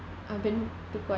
I've been to quite